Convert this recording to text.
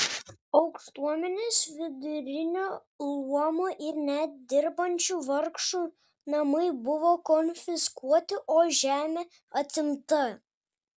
aukštuomenės vidurinio luomo ir net dirbančių vargšų namai buvo konfiskuoti o žemė atimta